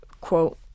quote